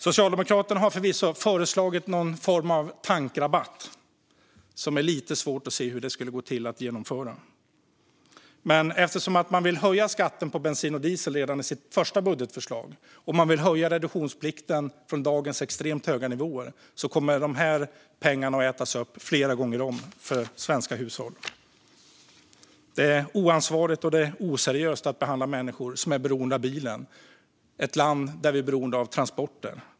Socialdemokraterna har förvisso föreslagit någon form av tankrabatt. Hur det skulle gå till att genomföra den är lite svårt att se. Men eftersom de vill höja skatten på bensin och diesel redan i sitt första budgetförslag och höja reduktionsplikten från dagens extremt höga nivåer kommer de här pengarna att ätas upp flera gånger om för svenska hushåll. Det är oansvarigt och oseriöst att behandla människor som är beroende av bilen på det här sättet i ett land där vi är beroende av transporter.